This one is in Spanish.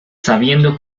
sabiendo